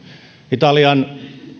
italian